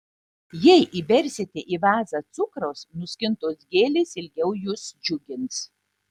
jei įbersite į vazą cukraus nuskintos gėlės ilgiau jus džiugins